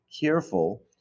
careful